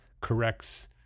corrects